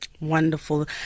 wonderful